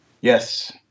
Yes